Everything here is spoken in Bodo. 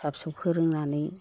फिसा फिसौ फोरोंनानै